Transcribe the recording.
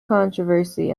controversy